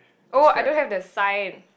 oh I don't have the sign